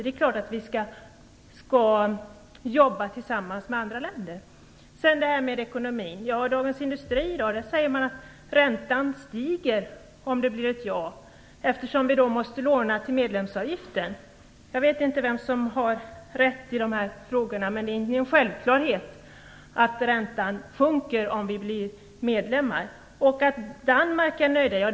Det är klart att vi skall jobba tillsammans med andra länder. I Dagens Industri säger man i dag att räntan stiger om det blir ett ja till EU eftersom vi då måste låna till medlemsavgiften. Jag vet inte vem som har rätt i dessa frågor, men det är ingen självklarhet att räntan sjunker om vi blir medlemmar. Hadar Cars säger att danskarna är nöjda.